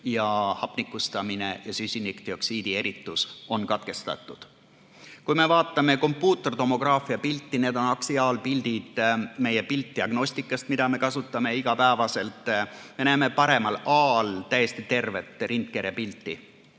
ja hapnikustamine ning süsinikdioksiidi eritus on katkestatud. Kui me vaatame kompuutertomograafi pilti – need on aksiaalpildid meie piltdiagnostikast, mida me kasutame iga päev –, siis me näeme A all täiesti terve rindkere pilti.